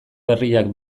berriak